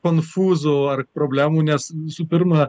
konfūzų ar problemų nes visų pirma